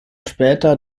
später